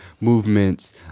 movements